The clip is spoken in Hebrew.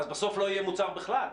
בסוף לא יהיה מוצר בכלל.